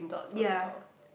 ya